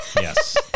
Yes